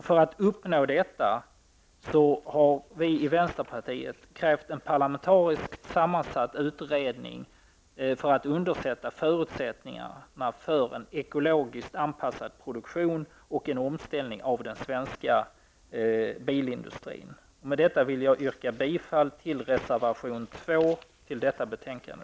För att uppnå detta har vi i vänsterpartiet krävt en parlamentariskt sammansatt utredning för att undersöka förutsättningarna för en ekologiskt anpassad produktion och en omställning av den svenska bilindustrin. Med detta vill jag yrka bifall till reservation 2 till detta betänkande.